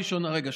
רגע,